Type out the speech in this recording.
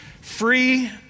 free